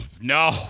No